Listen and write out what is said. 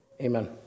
Amen